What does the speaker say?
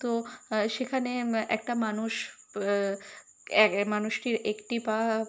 তো সেখানে একটা মানুষ এক মানুষটির একটি পা